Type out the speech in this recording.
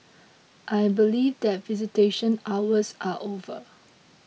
I believe that visitation hours are over